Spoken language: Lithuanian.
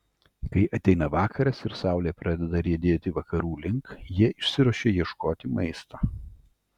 kai ateina vakaras ir saulė pradeda riedėti vakarų link jie išsiruošia ieškoti maisto